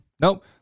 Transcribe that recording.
Nope